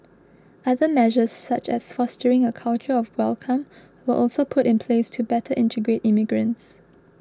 other measures such as fostering a culture of welcome were also put in place to better integrate immigrants